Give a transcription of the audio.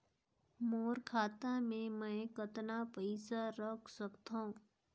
मोर खाता मे मै कतना पइसा रख सख्तो?